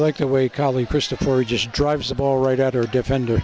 like the way colly christopher just drives the ball right at her defender